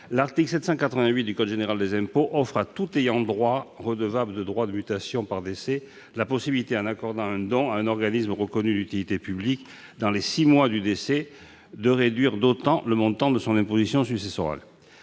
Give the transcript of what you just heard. L'article 788 du code général des impôts offre à tout ayant droit redevable des droits de mutation par décès la possibilité, en accordant un don à un organisme reconnu d'utilité publique, dans les six mois du décès, de réduire d'autant le montant de son imposition successorale.